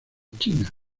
china